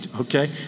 Okay